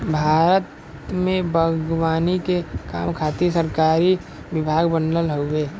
भारत में बागवानी के काम खातिर सरकारी विभाग बनल हउवे